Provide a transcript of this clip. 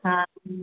हा